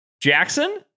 Jackson